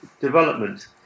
development